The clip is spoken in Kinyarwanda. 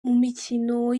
mikino